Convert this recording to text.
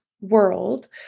world